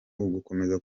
ugukomeza